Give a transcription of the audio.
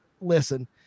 listen